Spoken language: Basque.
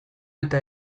eta